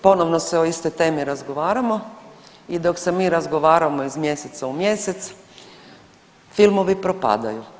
Ponovno se o istoj temi razgovaramo i dok se mi razgovaramo iz mjeseca u mjesec filmovi propadaju.